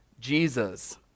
Jesus